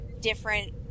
different